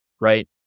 right